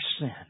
sin